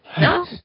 No